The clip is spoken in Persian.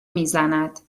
میزند